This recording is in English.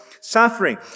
suffering